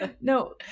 no